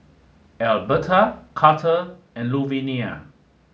Elberta Karter and Luvinia